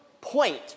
point